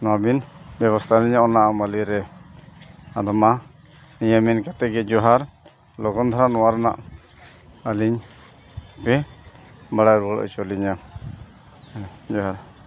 ᱱᱚᱣᱟᱵᱤᱱ ᱵᱮᱵᱚᱥᱛᱷᱟ ᱟᱹᱞᱤᱧᱟ ᱚᱱᱟ ᱟᱹᱢᱟᱹᱞᱤ ᱨᱮ ᱟᱫᱚ ᱢᱟ ᱱᱤᱭᱟᱹ ᱢᱮᱱ ᱠᱟᱛᱮᱫ ᱜᱮ ᱡᱚᱦᱟᱨ ᱞᱚᱜᱚᱱ ᱫᱚ ᱱᱚᱣᱟ ᱨᱮᱱᱟᱜ ᱟᱹᱞᱤᱧᱜᱮ ᱵᱟᱲᱟᱭ ᱨᱩᱣᱟᱹᱲ ᱦᱚᱪᱚ ᱞᱤᱧᱟᱹ ᱡᱚᱦᱟᱨ